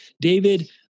David